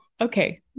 okay